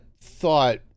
thought